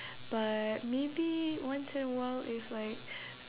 but maybe once in a while if like